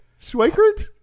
Schweikert